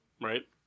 right